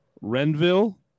Renville